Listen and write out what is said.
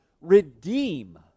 redeem